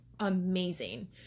Amazing